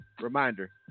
reminder